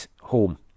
home